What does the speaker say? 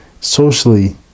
socially